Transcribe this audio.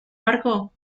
barco